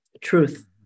truth